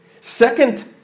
Second